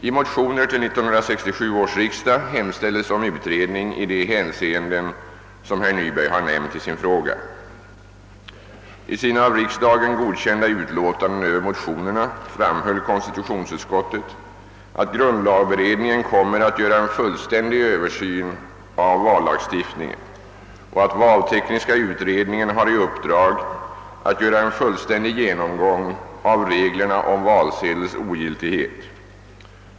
I motioner till 1967 års riksdag hemställdes om utredning i de hänseenden som herr Nyberg har nämnt i sin fråga. I sina av riksdagen godkända utlåtanden över motionerna framhöll kon stitutionsutskottet att grundlagberedningen kommer att göra en fullständig översyn av vallagstiftningen och att valtekniska utredningen har i uppdrag att göra en fullständig genomgång av reglerna om valsedels ogiltighet.